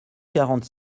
quarante